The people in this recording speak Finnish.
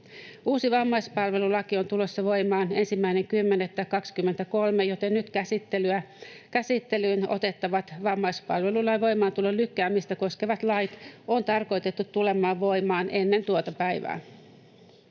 Uusi vammaispalvelulaki on tulossa voimaan 1.10.2023, joten nyt käsittelyyn otettavat vammaispalvelulain voimaantulon lykkäämistä koskevat lait on tarkoitettu tulemaan voimaan ennen tuota päivää.